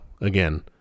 again